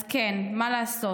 אז כן, מה לעשות?